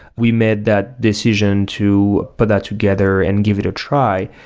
we made that decision to put that together and give it a try,